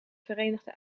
verenigde